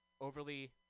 overly